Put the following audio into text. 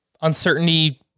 Uncertainty